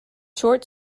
short